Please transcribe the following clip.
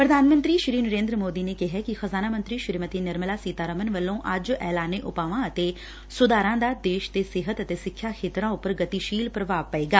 ਪ੍ਰਧਾਨ ਮੰਤਰੀ ਸ੍ਰੀ ਨਰੇਂਦਰ ਮੋਦੀ ਨੇ ਕਿਹੈ ਕਿ ਖਜਾਨਾ ਮੰਤਰੀ ਸ਼ੀਮਤੀ ਨਿਰਮਲਾ ਸੀਤਾਰਮਨ ਵਲੋਂ ਅੱਜ ਐਲਾਨੇ ਉਪਾਆਂ ਅਤੇ ਸੁਧਾਰਾਂ ਦਾ ਦੇਸ਼ ਦੇ ਸਿਹਤ ਅਤੇ ਸਿੱਖਿਆ ਖੇਤਰਾਂ ਉੱਪਰ ਗਤੀਸ਼ੀਲ ਪ੍ਰਭਾਵ ਪਏਗਾ